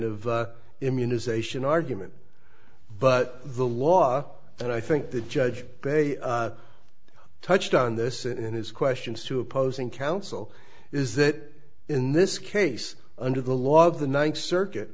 of immunization argument but the law and i think the judge very touched on this and his questions to opposing counsel is that in this case under the law of the ninth circuit